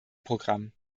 programm